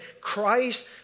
Christ